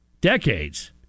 decades